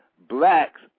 blacks